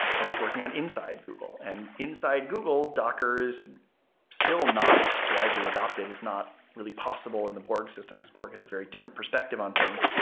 i was working inside google, and inside google, docker is still not widely adapted. it's not really possible in the borg system because borg has a very different perspective on things.